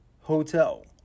hotel